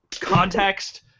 context